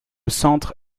centre